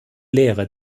lehre